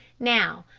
now,